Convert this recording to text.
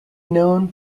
known